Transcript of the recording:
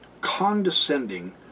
condescending